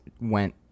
went